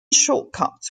shortcuts